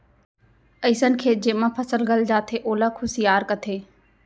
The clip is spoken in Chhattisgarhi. अइसन खेत जेमा फसल गल जाथे ओला खुसियार कथें